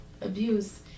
abuse